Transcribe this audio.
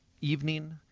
evening